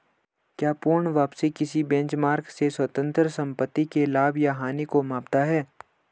क्या पूर्ण वापसी किसी बेंचमार्क से स्वतंत्र संपत्ति के लाभ या हानि को मापता है?